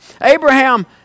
Abraham